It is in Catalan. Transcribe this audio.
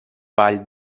vall